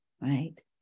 right